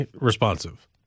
responsive